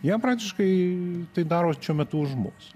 jie praktiškai tai daro šiuo metu už mus